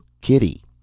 Kitty